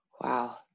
Wow